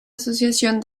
asociación